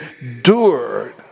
endured